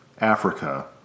Africa